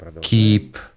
keep